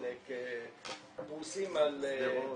חלק פרוסים --- שדרות.